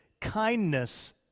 kindness